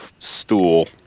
stool